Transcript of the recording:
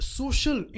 social